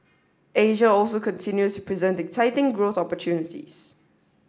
Asia also continues to present exciting growth opportunities